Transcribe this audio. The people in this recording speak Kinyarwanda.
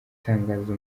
atangaza